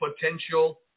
potential